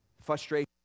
Frustration